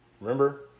Remember